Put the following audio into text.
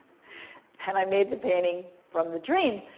and i made the painting from the dream.